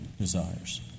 desires